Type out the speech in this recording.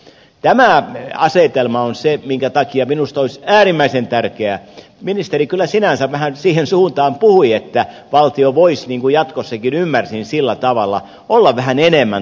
tämä asetelma on se minkä takia minusta olisi äärimmäisen tärkeää ministeri kyllä sinänsä vähän siihen suuntaan puhui ymmärsin sillä tavalla että valtio voisi jatkossakin olla vähän enemmän tarvittaessa resursoimassa